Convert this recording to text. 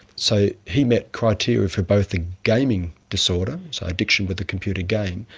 so he met criteria for both a gaming disorder, so addiction with a computer game,